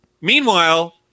Meanwhile